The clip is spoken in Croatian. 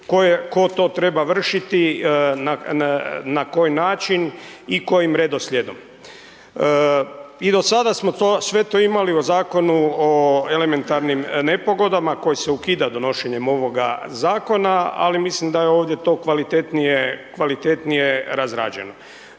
tko to treba vršiti, na koji način i kojim redoslijedom. I do sada smo to sve to imali u Zakonu o elementarnim nepogodama, koji se ukida donošenjem ovoga zakona, ali mislim da je ovdje to kvalitetnije razrađeno.